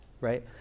right